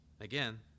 Again